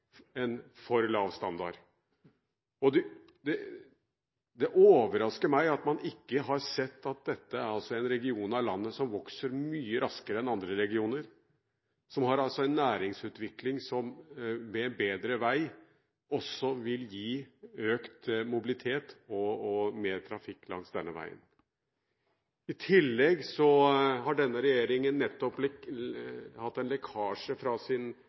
for lav standard. Det overrasker meg at man ikke har sett at dette er en region i landet som vokser mye raskere enn andre regioner, med en næringsutvikling som med bedre vei også vil gi økt mobilitet og mer trafikk langs denne veien. I tillegg har denne regjeringen nettopp hatt en lekkasje fra